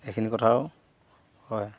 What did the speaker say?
এইখিনি কথা আৰু হয়